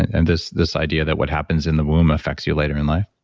and this this idea that what happens in the womb affects you later in life?